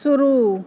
शुरू